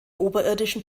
oberirdischen